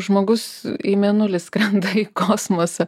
žmogus į mėnulį skrenda į kosmosą